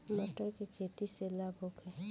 मटर के खेती से लाभ होखे?